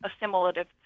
assimilative